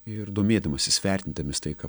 ir domėdamasis vertindamis tai ką